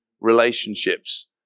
relationships